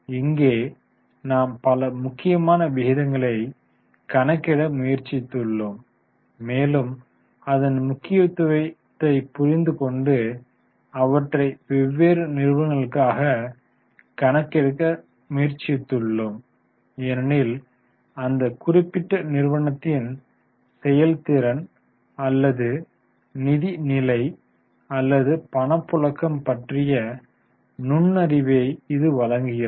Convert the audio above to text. இங்கே நாம் பல முக்கியமான விகிதங்களை கணக்கிட முயற்சித்து உள்ளோம் மேலும் அதன் முக்கியத்துவத்தை புரிந்து கொண்டு அவற்றை வெவ்வேறு நிறுவனங்களுக்காகக் கணக்கிட முயற்சித்து உள்ளோம் ஏனெனில் அந்த குறிப்பிட்ட நிறுவனத்தின் செயல்திறன் அல்லது நிதி நிலை அல்லது பணப்புழக்கம் பற்றிய நுண்ணறிவை இது வழங்குகிறது